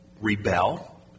rebel